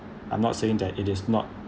I'm not saying that it is not